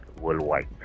worldwide